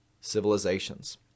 civilizations